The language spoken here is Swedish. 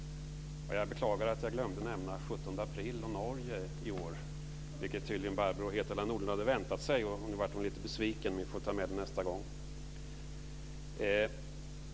Jag beklagar att jag glömde nämna 17 maj och Norge, vilket Barbro Hietala Nordlund tydligen hade väntat sig. Nu blev hon lite besviken. Vi får ta med det nästa gång.